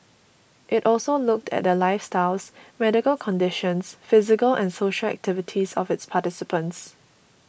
it also looked at the lifestyles medical conditions physical and social activities of its participants